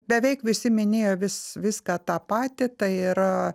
beveik visi minėjo vis viską tą patį tai ir